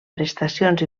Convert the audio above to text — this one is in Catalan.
prestacions